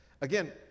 again